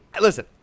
listen